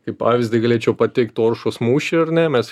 kaip pavyzdį galėčiau pateikt oršos mūšį ar ne mes